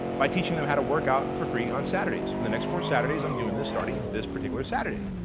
by teaching them how to work out for free on saturdays. for the next four saturdays i'm doing this starting this particular saturday.